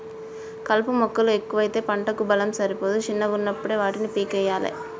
కలుపు మొక్కలు ఎక్కువైతే పంటకు బలం సరిపోదు శిన్నగున్నపుడే వాటిని పీకేయ్యలే